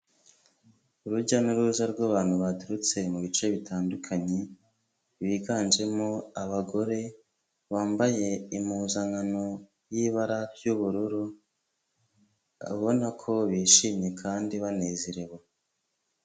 Urujya n'uruza rw'abantu baturutse mu bice bitandukanye, biganjemo abagore bambaye impuzankano y'ibara ry'ubururu, abona ko bishimye kandi banezerewe.